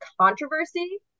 controversy